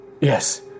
yes